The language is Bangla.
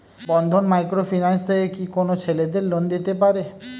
বন্ধন মাইক্রো ফিন্যান্স থেকে কি কোন ছেলেদের লোন দিতে পারে?